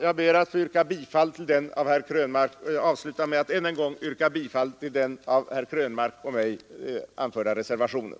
Jag ber att få sluta med att än en gång yrka bifall till den av herr Krönmark och mig avlämnade reservationen.